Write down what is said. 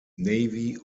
navy